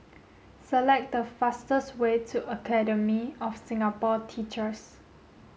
select the fastest way to Academy of Singapore Teachers